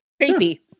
Creepy